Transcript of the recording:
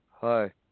hi